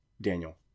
Daniel